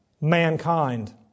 Mankind